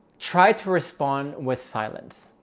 try to respond with silence.